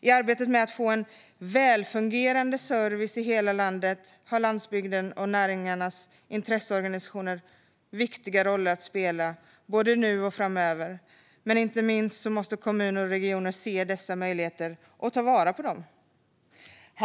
I arbetet med att få till välfungerande service i hela landet har landsbygdens och näringarnas intresseorganisationer viktiga roller att spela, både nu och framöver, men inte minst måste kommuner och regioner se dessa möjligheter och ta vara på dem.